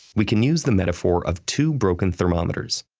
we can use the metaphor of two broken thermometers.